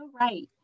right